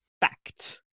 Fact